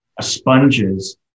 Sponges